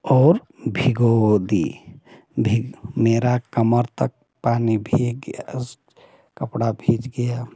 और भिगो दी भीग मेरा कमर तक पानी भीग गया उस कपड़ा भीज गया